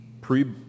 pre-